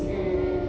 mm mm